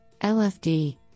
LFD